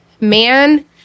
man